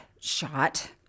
shot